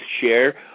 share